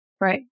Right